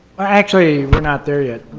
well actually we're not there yet.